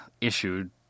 issued